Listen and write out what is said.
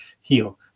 heal